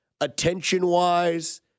attention-wise